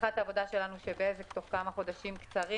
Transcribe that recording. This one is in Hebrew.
הנחת העבודה שלנו היא שבזק בתוך כמה חודשים קצרים